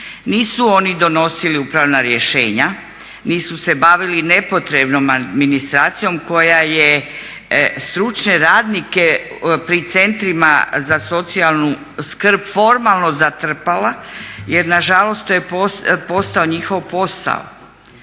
Nisu oni donosili upravna rješenje, nisu se bavili nepotrebnom administracijom koja je stručne radnike pri centrima za socijalnu skrb formalno zatrpala jer nažalost to je postao njihov posao,